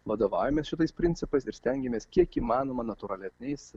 vadovaujamės šitais principais ir stengiamės kiek įmanoma natūralesniais